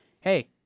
hey